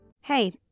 Hey